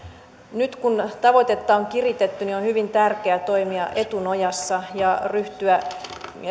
nyt kun tavoitetta on kiritetty niin on hyvin tärkeää toimia etunojassa ja ryhtyä